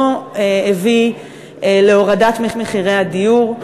לא הביא להורדת מחירי הדיור.